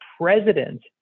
president